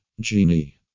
Genie